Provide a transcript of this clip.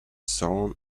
sown